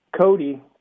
Cody